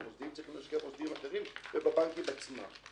והמוסדיים צריכים להשקיע במוסדיים אחרים ובבנקים עצמם.